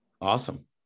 awesome